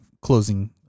closing